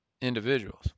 individuals